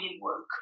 work